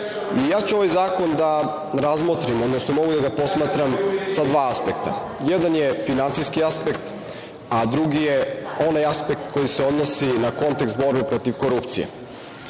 ću ovaj zakon da razmotrim, odnosno mogu da ga posmatram sa dva aspekta. Jedan je finansijski aspekt, a drugi je onaj aspekt koji se odnosi na kontekst borbe protiv korupcije. Kada